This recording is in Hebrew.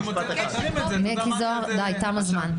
תם הזמן.